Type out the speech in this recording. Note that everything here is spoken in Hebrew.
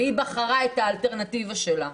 והיא בחרה את האלטרנטיבה שלה.